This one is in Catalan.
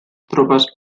tropes